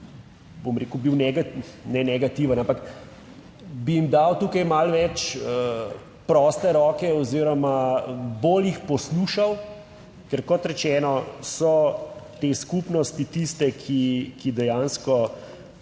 bom rekel, bil ne negativen, ampak bi jim dal tukaj malo več proste roke oziroma bolj jih poslušal, ker kot rečeno, so te skupnosti tiste, ki dejansko